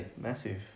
Massive